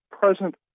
present